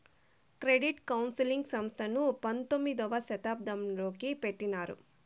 credit counselling సంస్థను పంతొమ్మిదవ శతాబ్దంలోనే పెట్టినారు